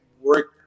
work